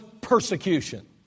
persecution